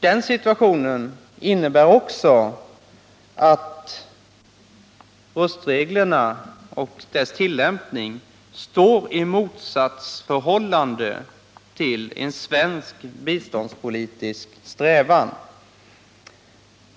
Den situationen innebär också att röstreglerna och deras tillämpning står i motsatsförhållande till en svensk biståndspolitisk strävan.